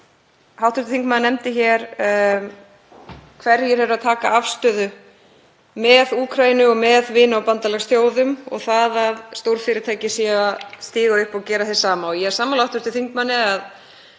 Hv. þingmaður nefndi hér hverjir eru að taka afstöðu með Úkraínu og með vina- og bandalagsþjóðum og það að stórfyrirtæki séu að stíga upp og gera hið sama. Ég er sammála hv. þingmanni að